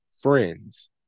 Friends